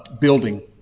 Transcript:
building